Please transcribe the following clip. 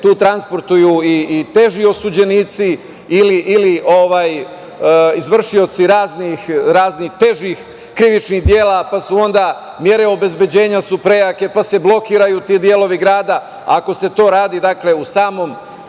tu transportuju i teži osuđenici ili izvršioci raznih težih krivičnih dela, pa su onda mere obezbeđenja prejake, pa se blokiraju ti delovi grada. Ako se to radi u širem